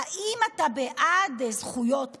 האם אתה בעד זכויות פרט?